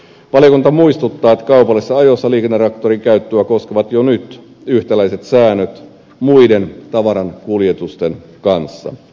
valiokunta muistuttaa että kaupallisessa ajossa liikennetraktorin käyttöä koskevat jo nyt yhtäläiset säännöt muiden tavarankuljetusten kanssa